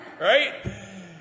right